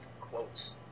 quotes